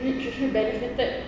which actually benefited